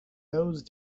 those